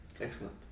Excellent